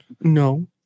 No